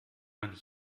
man